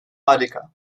harika